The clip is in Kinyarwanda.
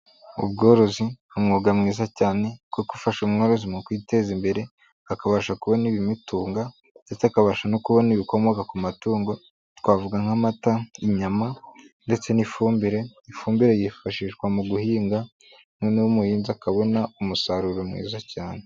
Ubworozi umwuga mwiza cyane ko gufasha umworozi mu kwiteza imbere, akabasha kubona ibimutunga ndetse akabasha no kubona ibikomoka ku matungo, twavuga nk'amata, inyama ndetse n'ifumbire, ifumbire yifashishwa mu guhinga, noneho umuhinzi akabona umusaruro mwiza cyane.